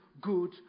good